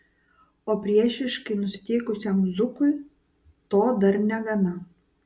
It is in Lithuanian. o priešiškai nusiteikusiam zukui to dar negana